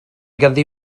ganddi